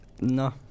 No